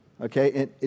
Okay